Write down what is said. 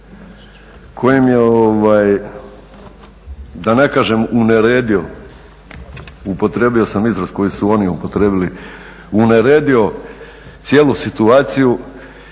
kojim je da ne kažem uneredio, upotrijebio sam izraz koji su oni upotrijebili, uneredio cijelu situaciju,